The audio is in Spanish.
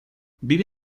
vive